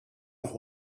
know